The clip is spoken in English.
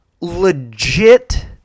legit